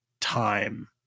time